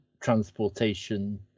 transportation